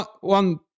one